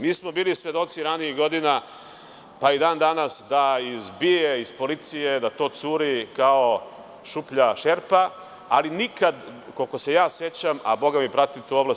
Mi smo bili svedoci ranijih godina, pa i dan danas, da iz BIA, iz policije, da to curi kao šuplja šerpa, ali nikad, koliko se ja sećam, a boga mi pratim tu oblast.